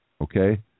okay